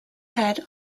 head